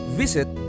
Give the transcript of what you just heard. visit